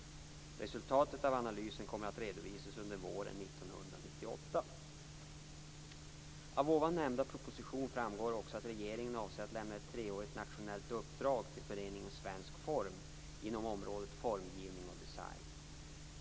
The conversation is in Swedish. Resultatet av analysen kommer att redovisas under våren 1998. Av ovan nämnda proposition framgår också att regeringen avser att lämna ett treårigt nationellt uppdrag till Föreningen Svensk Form inom området formgivning och design.